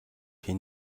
хэн